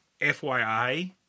FYI